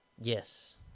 Yes